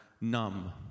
numb